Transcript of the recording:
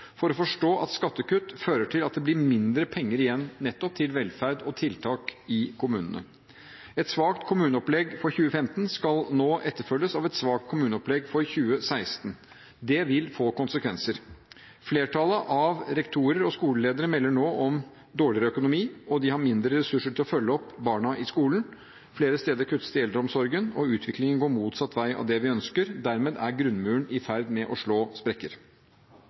for å forstå at skattekutt fører til at det blir mindre penger igjen til nettopp velferd og tiltak i kommunene. Et svakt kommuneopplegg for 2015 skal nå etterfølges av et svakt kommuneopplegg for 2016. Det vil få konsekvenser. Flertallet av rektorer og skoleledere melder nå om dårligere økonomi. De har færre ressurser til å følge opp barna i skolen. Flere steder kuttes det i eldreomsorgen. Utviklingen går motsatt vei av det vi ønsker. Dermed er grunnmuren i ferd med å slå sprekker.